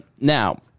Now